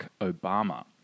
Obama